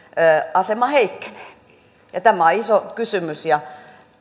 asema heikkenee tämä on iso kysymys ja